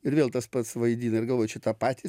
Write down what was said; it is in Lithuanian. ir vėl tas pats vaidina ir galvoji čia tą patį